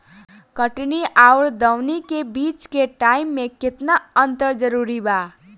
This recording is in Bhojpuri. कटनी आउर दऊनी के बीच के टाइम मे केतना अंतर जरूरी बा?